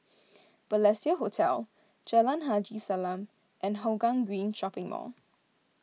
Balestier Hotel Jalan Haji Salam and Hougang Green Shopping Mall